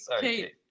Kate